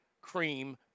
cream